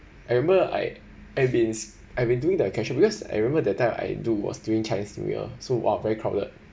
I remember I I've been I've been doing the cashier because I remember that time I do was during chinese new year so !wah! very crowded